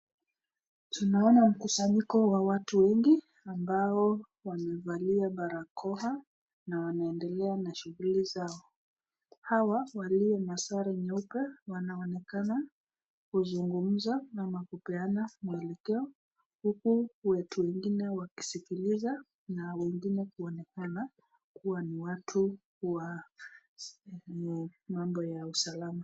Tunaona mkusanyiko wa watu wengi ambao wamevalia barakoa na wanaendelea na shughuli zao .Hawa walio na sare nyeupe wanaonekana kuzungumza ama kupeana mwelekeo huku watu wengine wakisikiliza ,na wengine kuonekana kuwa ni watu wa mambo ya usalama.